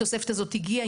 התוספת הזאת הגיעה.